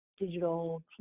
digital